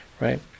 right